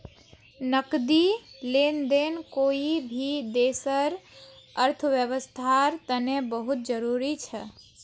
नकदी लेन देन कोई भी देशर अर्थव्यवस्थार तने बहुत जरूरी छ